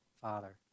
Father